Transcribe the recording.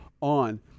on